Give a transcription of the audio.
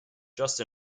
just